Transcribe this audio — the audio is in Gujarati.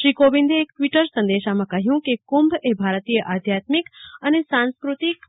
શ્રી કોવિંદે એક ટ્વીટર સંદેશામાં કહ્યું કે કુંભએ ભારતીય આધ્યાત્મિક અને સાંસ્કૃતિક